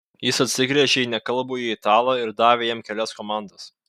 jis atsigręžė į nekalbųjį italą ir davė jam kelias komandas